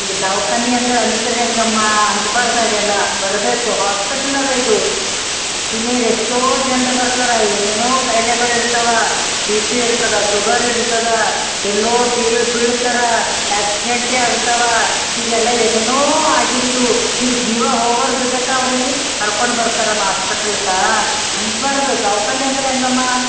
ಇದು ದವಾಖಾನಿ ಅಂದ್ರೆ ಅಂದಿದ್ರೆ ಹೇಗಮ್ಮ ಅಂದ್ಬಾರ್ದು ಹಾಗೆಲ್ಲ ಬರಬೇಕು ಹಾಸ್ಪಿಟಲ್ ಅದ ಇದು ದುನಿಯದ ಎಷ್ಟೋ ಜನ್ರು ಬರ್ತಾರೆ ಏನೇನೋ ಕಾಯ್ಲೆಗಳಿರ್ತವೆ ಬಿಪಿಯಿರ್ತದೆ ಸುಗರ್ಯಿರ್ತದೆ ಎಲ್ಲೋ ಬೀಳು ಬೀಳ್ತಾರೆ ಆ್ಯಕ್ಸಿಡೆಂಟೇ ಆಗ್ತಾವೆ ಹೀಗೆಲ್ಲ ಏನೇನೋ ಆಗಿಂದು ಈಗ ಜೀವ ಹೋಗೋರು ಸುದಕ ಅವ್ರಿಗೆ ಕರ್ಕೊಂಡು ಬರ್ತಾರಮ್ಮ ಹಾಸ್ಪಿಟಲ್ಗ ಅನ್ಬಾರ್ದು ದವಾಖಾನಿ ಅಂದ್ರೆ ಹೆಂಗಮ್ಮಾ